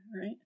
right